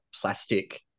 plastic